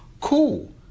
cool